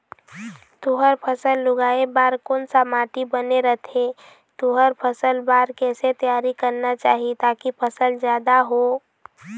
तुंहर फसल उगाए बार कोन सा माटी बने रथे तुंहर फसल बार कैसे तियारी करना चाही ताकि फसल जादा हो?